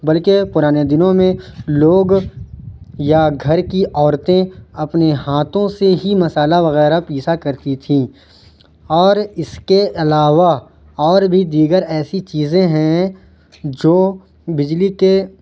بلکہ پرانے دنوں میں لوگ یا گھر کی عورتیں اپنے ہاتوں سے ہی مسالہ وغیرہ پیسا کرتی تھیں اور اس کے علاوہ اور بھی دیگر ایسی چیزیں ہیں جو بجلی کے